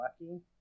lucky